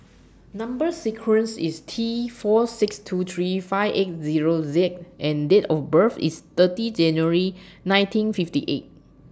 Number sequence IS T four six two three five eight Zero Z and Date of birth IS thirty January nineteen fifty eight